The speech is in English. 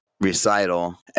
recital